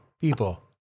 people